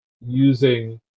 using